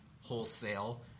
wholesale